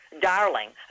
Darling